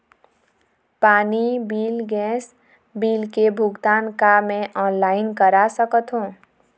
पानी bill gas bill के भुगतान का मैं ऑनलाइन करा सकथों?